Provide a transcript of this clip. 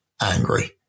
angry